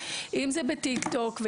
אם זה בטיקטוק,